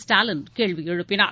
Stalin கேள்விஎழுப்பினார்